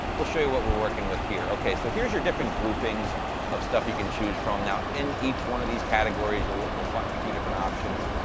we'll show you what we're working with here. okay, so here's your different groupings of stuff you can choose from. now, in each one of these categories, you'll you'll find a few different options,